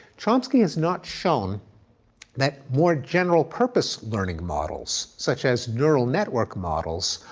chomsky has not shown that more general purpose learning models, such as neuro network models,